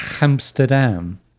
Amsterdam